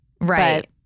Right